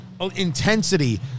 intensity